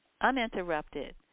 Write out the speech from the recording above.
uninterrupted